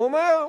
הוא אומר: